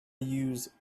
use